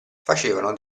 facevano